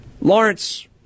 Lawrence